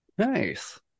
Nice